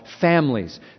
families